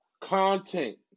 content